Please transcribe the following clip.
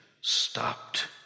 stopped